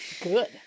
Good